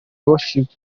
worship